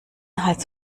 hals